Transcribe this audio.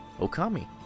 Okami